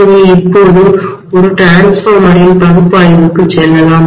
எனவே இப்போது ஒரு மின்மாற்றியின்டிரான்ஸ்ஃபார்மரின் பகுப்பாய்விற்கு செல்வோம்